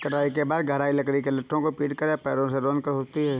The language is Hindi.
कटाई के बाद गहराई लकड़ी के लट्ठों से पीटकर या पैरों से रौंदकर होती है